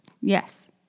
Yes